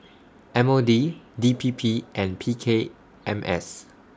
M O D D P P and P K M S